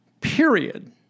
period